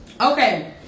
Okay